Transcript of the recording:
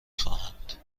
خواهند